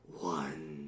one